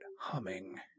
humming